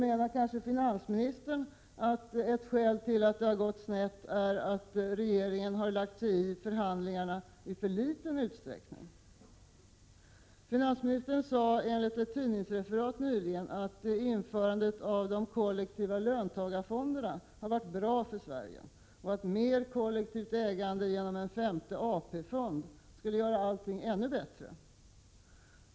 Menar kanske finansministern att ett skäl till att det gått snett är att regeringen i för liten utsträckning har lagt sig i förhandlingarna? Finansministern har enligt ett tidningsreferat nyligen sagt att införandet av de kollektiva löntagarfonderna har varit bra för Sverige och att mer kollektivt ägande genom en femte AP-fond skulle göra allt ännu bättre.